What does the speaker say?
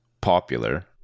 popular